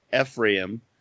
Ephraim